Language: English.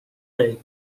they